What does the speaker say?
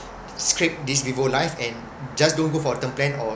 scrape this vivo life and just don't go for term plan or